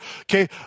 Okay